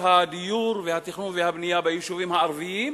הדיור והתכנון והבנייה ביישובים הערביים,